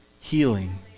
healing